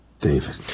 David